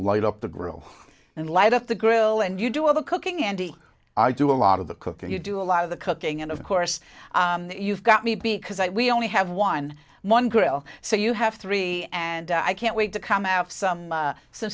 light up the grill and light up the grill and you do all the cooking andy i do a lot of the cooking you do a lot of the cooking and of course you've got me because i we only have one one grill so you have three and i can't wait to come out some